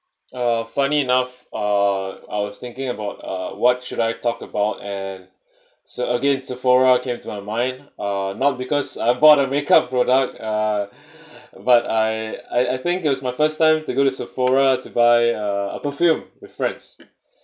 uh funny enough uh I was thinking about uh what should I talk about and so again Sephora came to my mind uh not because I bought a makeup product uh but I I I think it was my first time to go to Sephora to buy uh a perfume with friends